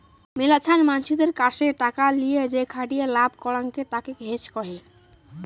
মেলাছান মানসিদের কাসে টাকা লিয়ে যেখাটিয়ে লাভ করাঙকে তাকে হেজ কহে